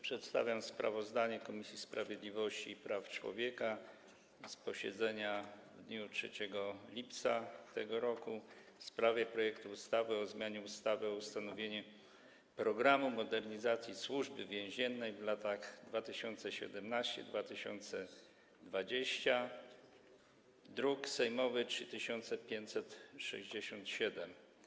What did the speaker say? Przedstawiam sprawozdanie Komisji Sprawiedliwości i Praw Człowieka z posiedzenia w dniu 3 lipca tego roku w sprawie projektu ustawy o zmianie ustawy o ustanowieniu „Programu modernizacji Służby Więziennej w latach 2017-2020”, druk sejmowy nr 3567.